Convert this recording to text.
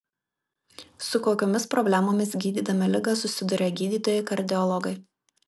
su kokiomis problemomis gydydami ligą susiduria gydytojai kardiologai